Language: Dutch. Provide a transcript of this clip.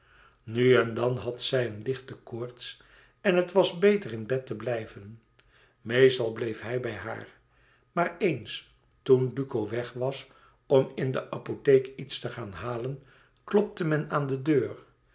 nu en dan had zij een lichte koorts en het was beter in bed te blijven meestal bleef hij bij haar maar eens toen duco weg was om in de apotheek iets te gaan halen klopte men aan de deur